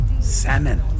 Salmon